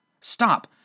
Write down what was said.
Stop